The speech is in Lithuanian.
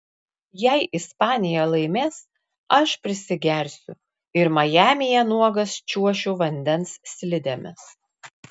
jei ispanija laimės aš prisigersiu ir majamyje nuogas čiuošiu vandens slidėmis